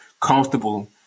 comfortable